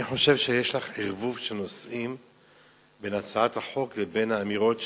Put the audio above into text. אני חושב שיש אצלך ערבוב של נושאים בין הצעת החוק לבין האמירות ששמעתי,